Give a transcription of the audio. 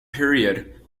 period